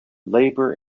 labor